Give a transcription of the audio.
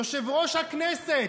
יושב-ראש הכנסת,